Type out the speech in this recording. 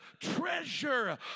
treasure